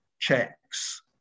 checks